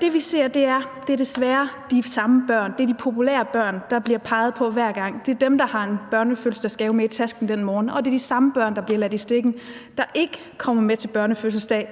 Det, vi ser, er, at det desværre er de samme børn, de populære børn, der bliver peget på hver gang. Det er dem, der har en fødselsdagsgave med i tasken den morgen. Og det er de samme børn, der bliver ladt i stikken, og som heller ikke den her gang kommer med til børnefødselsdag.